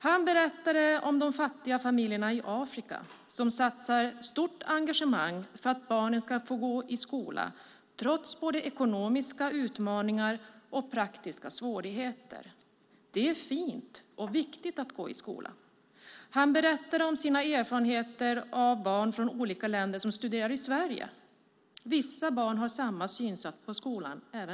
Han berättade om de fattiga familjerna i Afrika som satsar stort engagemang för att barnen ska få gå i skolan trots både ekonomiska utmaningar och praktiska svårigheter. Det är fint och viktigt att gå i skolan. Han berättade om sina erfarenheter av barn från olika länder som studerar i Sverige. Vissa barn har samma synsätt på skolan här.